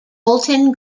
bolton